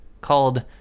called